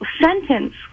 Sentence